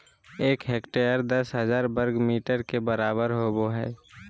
एक हेक्टेयर दस हजार वर्ग मीटर के बराबर होबो हइ